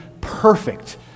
perfect